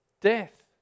Death